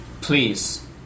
please